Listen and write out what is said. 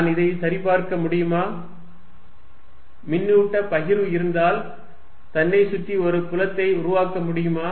நான் இதை சரி பார்க்க முடியுமா மின்னூட்ட பகிர்வு இருந்தால் தன்னைச் சுற்றி ஒரு புலத்தை உருவாக்க முடியுமா